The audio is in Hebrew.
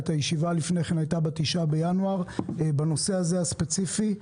הייתה ישיבה לפני כן ב-9 בינואר בנושא הזה הספציפי.